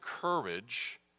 courage